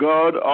God